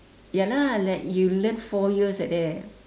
ya lah like you learn four years like that